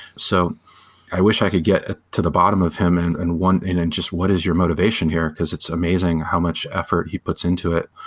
so i wish i could get ah to the bottom of him and and and then just what is your motivation here, because it's amazing how much effort he puts into it.